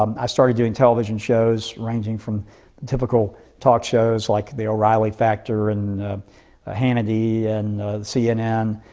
um i started doing television shows ranging from typical talk shows like the o'reilly factor and ah hannity and cnn,